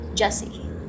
Jesse